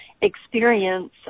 experience